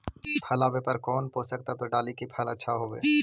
फल आबे पर कौन पोषक तत्ब डाली ताकि फल आछा होबे?